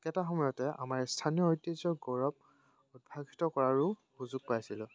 এটা সময়তে আমাৰ স্থানীয় ঐতিহ্য গৌৰৱ উদ্ভাসিত কৰাৰো সুযোগ পাইছিলোঁ